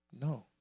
No